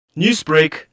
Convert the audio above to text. Newsbreak